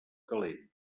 calenta